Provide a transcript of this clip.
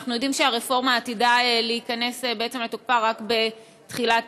ואנחנו יודעים שהרפורמה עתידה להיכנס לתוקפה בעצם רק בתחילת